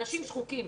אנשים שחוקים.